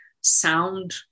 sound